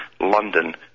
London